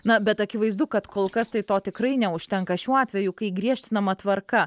na bet akivaizdu kad kol kas tai to tikrai neužtenka šiuo atveju kai griežtinama tvarka